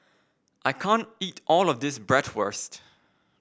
I can't eat all of this Bratwurst